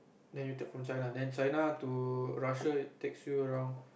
then you take from China then China to Russia takes you around